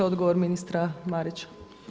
Odgovor ministra Marića.